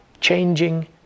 changing